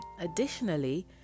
Additionally